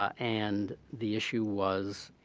ah and the issue was,